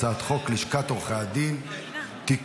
הצעת חוק לשכת עורכי הדין (תיקון,